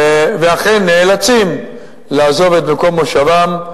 ואכן נאלצים לעזוב את מקום מושבם.